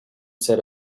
said